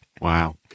Wow